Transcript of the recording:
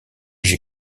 j’ai